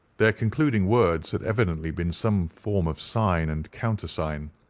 their concluding words had evidently been some form of sign and countersign.